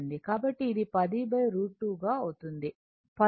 కాబట్టి ఇది 10 √ 2 గా అవుతుంది 10 0